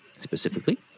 specifically